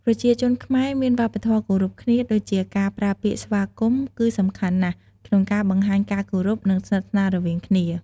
ប្រជាជនខ្មែរមានវប្បធម៌គោរពគ្នា ដូច្នេះ ការប្រើពាក្យស្វាគមន៍គឺសំខាន់ណាស់ក្នុងការបង្ហាញការគោរព និងស្និទ្ធស្នាលរវាងគ្នា។